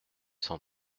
cent